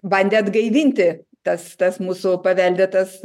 bandė atgaivinti tas tas mūsų paveldėtas